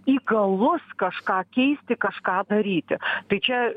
įgalus kažką keisti kažką daryti tai čia